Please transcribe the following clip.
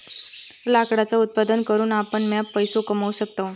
लाकडाचा उत्पादन करून आपण मॉप पैसो कमावू शकतव